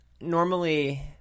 normally